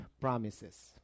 promises